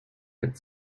had